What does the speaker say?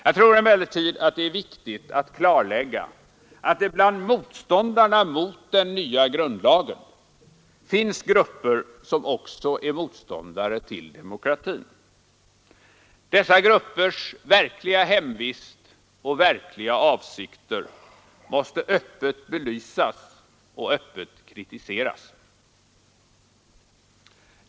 Det är emellertid viktigt att klarlägga att det bland motståndarna mot den nya grundlagen finns grupper som också är motståndare till demokratin. Dessa gruppers verkliga hemvist och verkliga avsikter måste öppet belysas och öppet kritiseras.